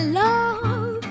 love